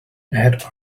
add